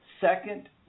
second